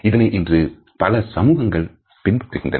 அதனை இன்று பல சமூகங்கள் பின்பற்றுகின்றனர்